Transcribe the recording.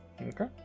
Okay